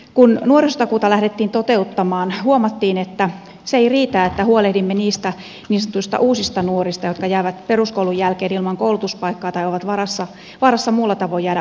kun nuorisotakuuta lähdettiin toteuttamaan huomattiin että se ei riitä että huolehdimme niistä niin sanotuista uusista nuorista jotka jäävät peruskoulun jälkeen ilman koulutuspaikkaa tai ovat vaarassa muulla tavoin jäädä ulkopuolelle